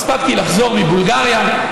הספקתי לחזור מבולגריה,